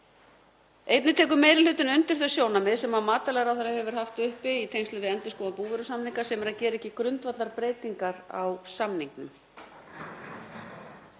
Einnig tekur meiri hlutinn undir þau sjónarmið sem matvælaráðherra hefur haft uppi í tengslum við endurskoðun búvörusamninga, sem er að gera ekki grundvallarbreytingar á samningunum.